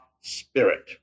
spirit